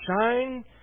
shine